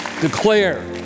declare